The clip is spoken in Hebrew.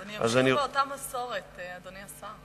אני אמשיך באותה מסורת, אדוני השר.